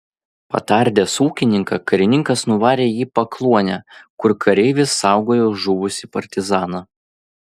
patardęs ūkininką karininkas nuvarė jį į pakluonę kur kareivis saugojo žuvusį partizaną